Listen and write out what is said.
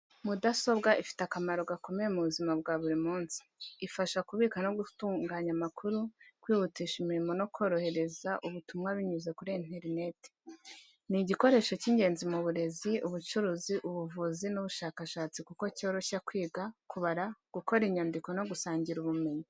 Mudasobwa ifite akamaro gakomeye mu buzima bwa buri munsi. Ifasha kubika no gutunganya amakuru, kwihutisha imirimo no korohereza ubutumwa binyuze kuri interineti. Ni igikoresho cy’ingenzi mu burezi, ubucuruzi, ubuvuzi n’ubushakashatsi kuko cyoroshya kwiga, kubara, gukora inyandiko no gusangira ubumenyi.